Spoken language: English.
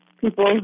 people